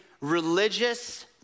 religious